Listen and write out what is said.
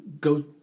go